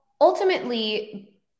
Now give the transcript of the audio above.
ultimately